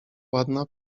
ładna